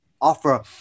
offer